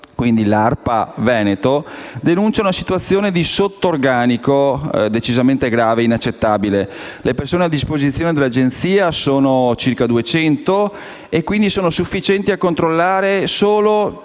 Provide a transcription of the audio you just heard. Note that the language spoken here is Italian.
e invece l'ARPA Veneto denuncia una situazione di sotto-organico decisamente grave e inaccettabile. Le persone a disposizione dell'agenzia sono circa 200, quindi sono sufficienti a controllare solo